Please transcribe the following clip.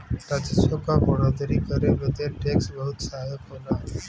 राजस्व क बढ़ोतरी करे में टैक्स बहुत सहायक होला